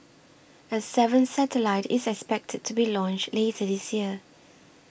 a seventh satellite is expected to be launched later this year